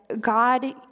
God